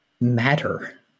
matter